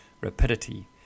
rapidity